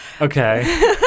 Okay